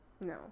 No